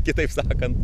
kitaip sakant